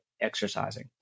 exercising